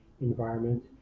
environment